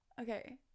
Okay